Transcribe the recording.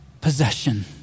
possession